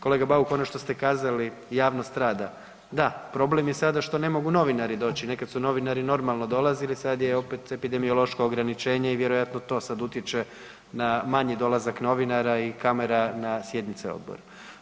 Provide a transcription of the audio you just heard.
Kolega Bauk ono što ste kazali javnost rada, da problem je sada što ne mogu novinari doći, nekada su novinari normalno dolazili sada je opet epidemiološko ograničenje i vjerojatno to sada utječe na manji dolazak novinara i kamera na sjednice odbora.